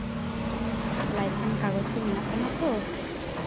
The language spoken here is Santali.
ᱞᱟᱭᱥᱮᱱᱥ ᱠᱟᱜᱚᱡᱽ ᱠᱚ ᱢᱮᱱᱟᱜ ᱛᱟᱢᱟ ᱛᱚ